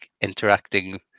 interacting